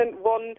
one